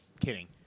kidding